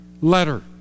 letter